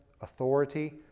authority